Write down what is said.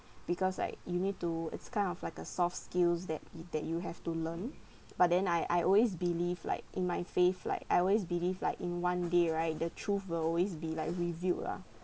because like you need to it's kind of like a soft skills that you that you have to learn but then I I always believe like in my faith like I always believe like in one day right the truth will always be like revealed lah